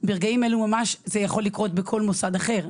ברגעים אלה ממש זה יכול לקרות בכל מוסד אחר.